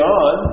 on